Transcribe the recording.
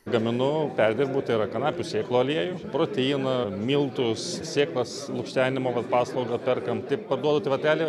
gaminu perdirbu tai yra kanapių sėklų aliejų proteiną miltus sėklas lukštenimo paslaugą perkam taip paduodu tai vat realiai